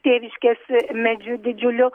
tėviškės medžiu didžiuliu